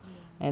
ya